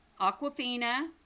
Aquafina